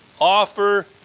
offer